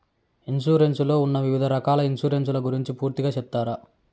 Insurance లో ఉన్న వివిధ రకాల ఇన్సూరెన్సు ల గురించి పూర్తిగా సెప్తారా?